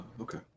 okay